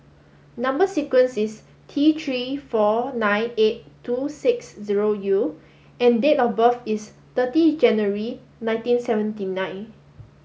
number sequence is T three four nine eight two six zero U and date of birth is thirty January nineteen seventy nine